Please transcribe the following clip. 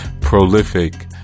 prolific